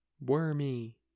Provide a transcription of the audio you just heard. Wormy